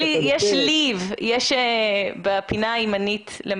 יש כאן הסכמה יחסית רחבה בין המון גורמים ששותפים